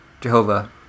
Jehovah